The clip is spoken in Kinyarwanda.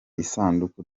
isanduku